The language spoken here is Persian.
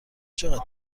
چقدر